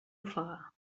ofegar